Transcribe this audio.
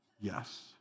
yes